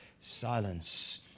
silence